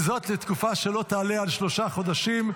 וזאת לתקופה שלא תעלה על שלושה חודשים,